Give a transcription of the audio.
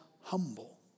humble